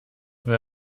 will